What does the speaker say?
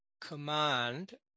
command